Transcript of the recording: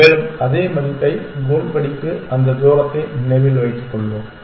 மேலும் அதே மதிப்பை கோல் படிக்கு அந்த தூரத்தை நினைவில் வைத்து கொள்வோம்